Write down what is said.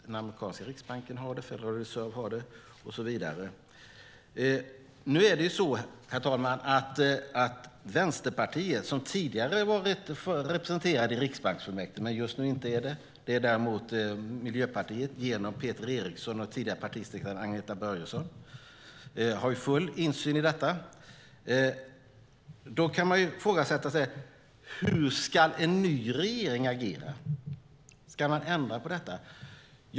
Den amerikanska riksbanken Federal Reserve har det. Herr talman! Vänsterpartiet var tidigare representerade i Riksbanksfullmäktige men är det inte just nu. Det är däremot Miljöpartiet genom Peter Eriksson och den tidigare partisekreteraren Agneta Börjesson. Vänsterpartiet har full insyn i detta. Då kan man fråga sig: Hur ska en ny regering agera? Ska man ändra på detta?